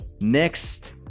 next